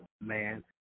man